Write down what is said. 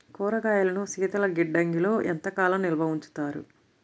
కూరగాయలను శీతలగిడ్డంగిలో ఎంత కాలం నిల్వ ఉంచుతారు?